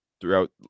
throughout